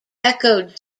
echoed